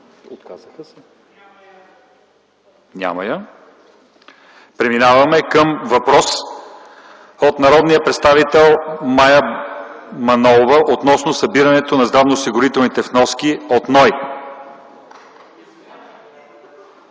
Няма я в залата. Преминаваме към въпрос от народния представител Мая Манолова относно събирането на здравноосигурителните вноски от НОИ.